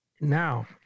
Now